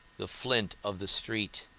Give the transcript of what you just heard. the flint of the street?